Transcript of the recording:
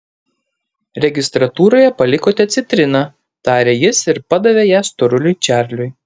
registratūroje palikote citriną tarė jis ir padavė ją storuliui čarliui